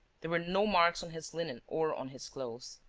there were no marks on his linen or on his clothes.